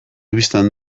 bistan